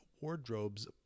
wardrobes